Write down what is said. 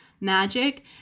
magic